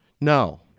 No